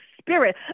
spirit